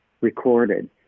recorded